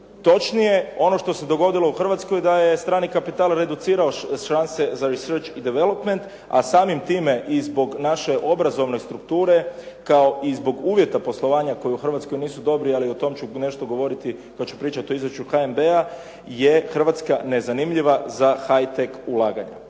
Točnije, ono što se dogodilo u Hrvatskoj da je strani kapital reducirao šanse za research i development, a samim time i zbog naše obrazovne strukture kao i zbog uvjeta poslovanja koji u Hrvatskoj nisu dobri, ali o tom ću nešto govoriti, to ću pričati u izvješću HNB-a, je Hrvatska nezanimljiva za high tech ulaganja.